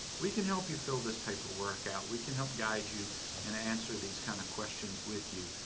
we can help you fill this paperwork out. we can help guide you and answer these kind of questions with you,